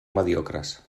mediocres